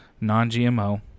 non-GMO